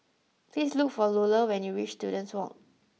please look for Luella when you reach Students Walk